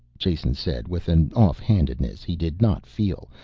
jason said, with an offhandedness he did not feel,